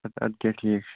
اَدٕ کہِ ٹھیٖک چھُ